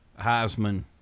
Heisman